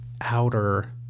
outer